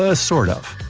ah sort of,